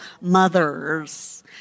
mothers